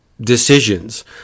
decisions